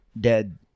dead